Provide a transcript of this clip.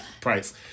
price